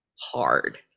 hard